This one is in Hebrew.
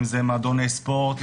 אם זה מועדוני ספורט,